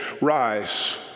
Rise